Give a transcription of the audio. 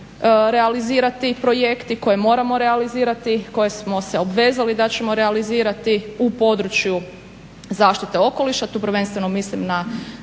realizirati projekti koje moramo realizirati, koje smo se obvezali da ćemo realizirati u području zaštite okoliša. Tu prvenstveno mislim na